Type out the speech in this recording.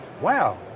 wow